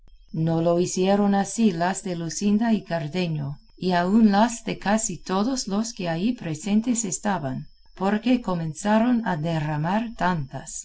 no lo hicieron así las de luscinda y cardenio y aun las de casi todos los que allí presentes estaban porque comenzaron a derramar tantas